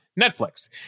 Netflix